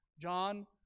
John